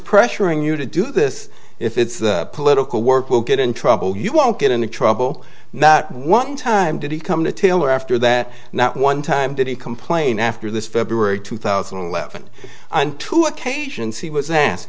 pressuring you to do this if it's political work we'll get in trouble you won't get into trouble not one time did he come to taylor after that not one time did he complain after this february two thousand and eleven and two occasions he was asked